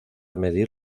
medir